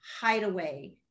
hideaway